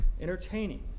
entertaining